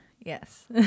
Yes